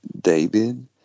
David